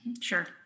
Sure